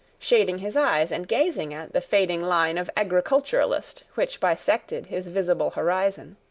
shading his eyes and gazing at the fading line of agriculturist which bisected his visible horizon.